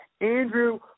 Andrew